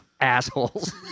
assholes